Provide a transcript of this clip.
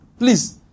Please